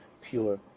pure